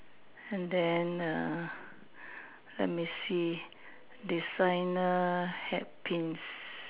and then err let me see designer hat Pins